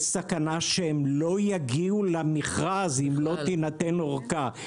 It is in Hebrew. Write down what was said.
יש סכנה שהם לא יגיעו למכרז אם לא תינתן אורכה.